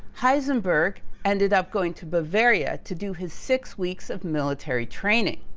heisenberg ended up going to bavaria to do his six weeks of military training,